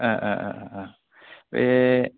ए ए ए ए बे